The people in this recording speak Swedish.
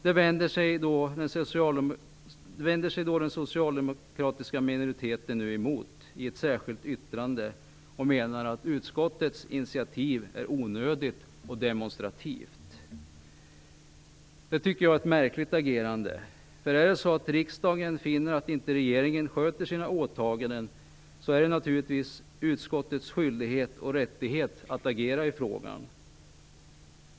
Det vänder sig den socialdemokratiska minoriteten emot i ett särskilt yttrande och menar att utskottets initiativ är onödigt och demonstrativt. Det tycker jag är ett märkligt agerande. Är det så att riksdagen finner att inte regeringen sköter sina åtaganden är det naturligtvis utskottets skyldighet och rättighet att agera i frågan.